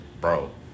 Bro